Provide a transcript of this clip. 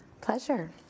Pleasure